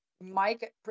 Mike